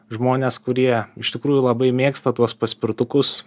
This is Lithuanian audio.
žmonės kurie iš tikrųjų labai mėgsta tuos paspirtukus